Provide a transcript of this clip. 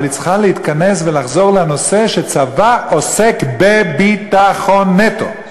אבל היא צריכה להתכנס ולחזור לנושא שצבא עוסק בביטחון נטו.